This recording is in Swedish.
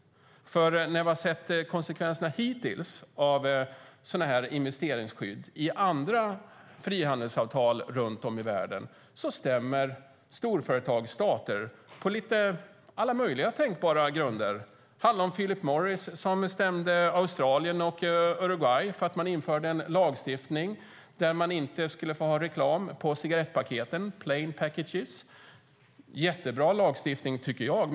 När vi har sett konsekvenserna hittills av sådana investeringsskydd i andra frihandelsavtal runt om i världen stämmer storföretag stater på alla möjliga tänkbara grunder. Det handlar om Philip Morris som stämde Australien och Uruguay för att de införde en lagstiftning om att man inte skulle få ha reklam på cigarettpaketen - plain packages. Det är en jättebra lagstiftning, tycker jag.